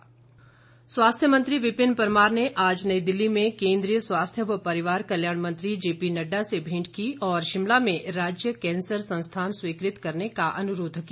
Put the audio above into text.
भेंट स्वास्थ्य मंत्री विपिन परमार ने आज नई दिल्ली में केन्द्रीय स्वास्थ्य व परिवार कल्याण मंत्री जे पीनड्डा से भेंट की और शिमला में राज्य कैंसर संस्थान स्वीकृत करने का अनुरोध किया